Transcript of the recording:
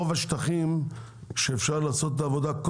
רוב השטחים שאפשר לעשות בהם את העבודה הם